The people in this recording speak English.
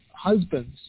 husbands